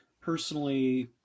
personally